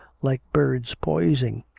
like birds poising,